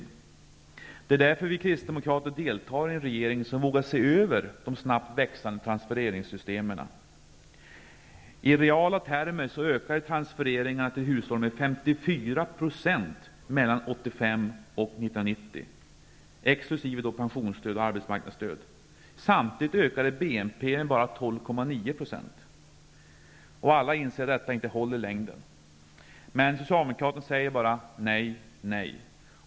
Och det är därför vi kristdemokrater deltar i en regering som vågar se över de snabbt växande transfereringssystemen. pensionsstöd och arbetsmarknadsstöd. Samtidigt ökade BNP med bara 12,9 %. Alla inser att detta inte håller i längden. Socialdemokraterna säger dock bara nej, nej.